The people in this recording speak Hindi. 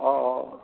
औ औ